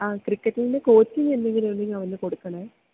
ആ ക്രിക്കറ്റിന്റെ കോച്ചിങ് എന്തെങ്കിലുമുണ്ടെങ്കില് അവന് കൊടുക്കണേ